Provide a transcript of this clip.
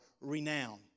renown